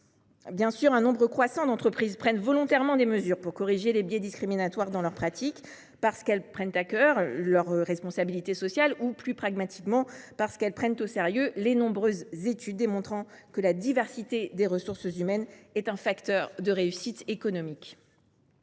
Bien sûr, un nombre croissant d’entreprises prennent volontairement des mesures pour corriger les biais discriminatoires dans leurs pratiques, parce qu’elles prennent à cœur leur responsabilité sociale ou, plus pragmatiquement, parce qu’elles prennent au sérieux les nombreuses études démontrant que la diversité des ressources humaines est un facteur de réussite économique.